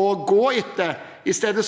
å gå etter. I stedet,